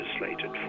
legislated